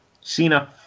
Cena